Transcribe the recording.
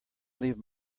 leave